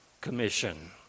commission